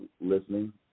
listening